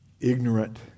ignorant